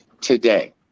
today